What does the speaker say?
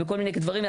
ובכל מיני דברים.